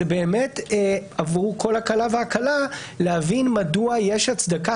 זה באמת עבור כל הקלה והקלה להבין מדוע יש הצדקה